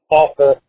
offer